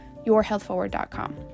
yourhealthforward.com